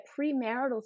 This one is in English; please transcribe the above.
premarital